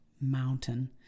mountain